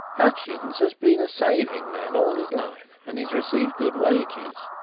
hutchins has been a saving man all his life, and he has received good wages.